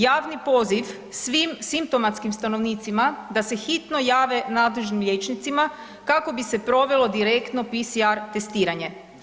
Javni poziva svim simptomatskim stanovnicima da se hitno jave nadležnim liječnicima kako bi se provelo direktno PCR testiranje.